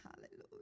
Hallelujah